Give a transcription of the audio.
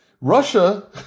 Russia